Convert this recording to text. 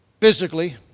physically